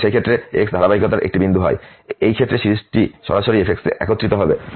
সুতরাং সেই ক্ষেত্রে যদি x ধারাবাহিকতার একটি বিন্দু হয় এই ক্ষেত্রে সিরিজটি সরাসরি f এ একত্রিত হবে